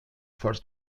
falls